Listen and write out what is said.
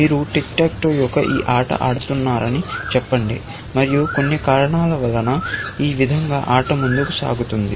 మీరు tic tac toe యొక్క ఈ ఆట ఆడుతున్నారని చెప్పండి మరియు కొన్ని కారణాల వలన ఈ విధంగా ఆట ముందుకు సాగుతుంది